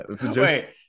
Wait